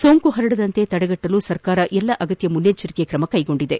ಸೋಂಕು ಪರಡದಂತೆ ತಡೆಗಟ್ಟಲು ಸರ್ಕಾರ ಎಲ್ಲಾ ಅಗತ್ತ ಮುನ್ನೆಚ್ಚರಿಕೆ ಕ್ರಮ ಕೈಗೊಂಡಿದೆ